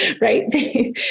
right